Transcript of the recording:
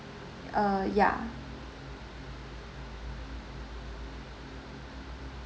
uh ya